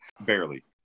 Barely